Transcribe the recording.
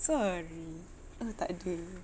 sorry oh takde